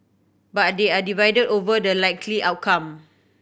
but they are divided over the likely outcome